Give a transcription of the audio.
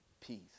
peace